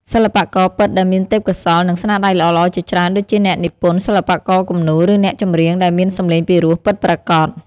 សិល្បករពិតដែលមានទេពកោសល្យ និងស្នាដៃល្អៗជាច្រើនដូចជាអ្នកនិពន្ធ សិល្បករគំនូរ ឬអ្នកចម្រៀងដែលមានសំឡេងពិរោះពិតប្រាកដ។